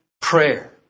prayer